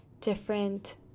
different